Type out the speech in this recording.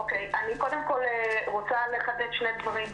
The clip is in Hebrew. קודם כול אני רוצה לחדד שני דברים.